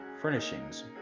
furnishings